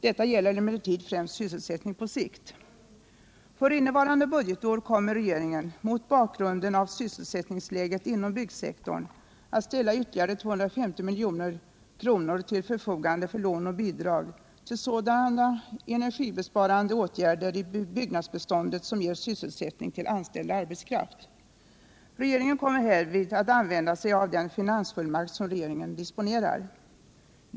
Detta gäller emellertid främst sysselsättning på sikt. För innevarande budgetår kommer regeringen mot bakgrund av sysselsättningsläget inom byggsektorn att ställa ytterligare 250 milj.kr. till förfogande för lån och bidrag till sådana energisparande åtgärder i byggnadsbeståndet som ger sysselsättning till anställd arbetskraft. Regeringen kommer härvid att använda sig av den finansfullmakt som regeringen disponerar.